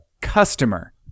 customer